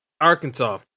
Arkansas